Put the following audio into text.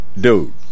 Dude